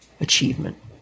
achievement